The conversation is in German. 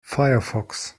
firefox